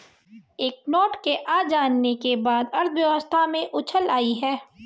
नए नोटों के आ जाने के बाद अर्थव्यवस्था में उछाल आयी है